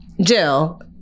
Jill